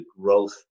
growth